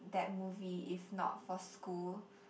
that movie if not for school